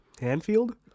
Hanfield